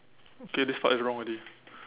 okay this part is wrong already